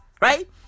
Right